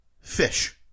fish